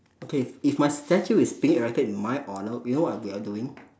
okay if my statue is being erected in my honour you know what I will be are doing